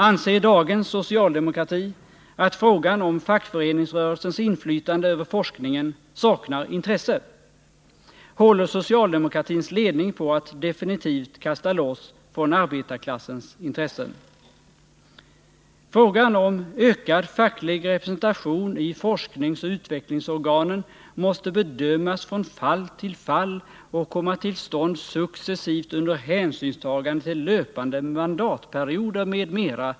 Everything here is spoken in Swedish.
Anser dagens socialdemokrati att frågan om fackföreningsrörelsens inflytande över forskningen saknar intresse? Håller socialdemokratins ledning på att definitivt kasta loss från arbetarklassens intressen? Utskottet skriver att frågan om ökad facklig representation i forskningsoch utvecklingsorganen ”måste bedömas från fall till fall och komma till stånd successivt under hänsynstagande till löpande mandatperioder m.m.”.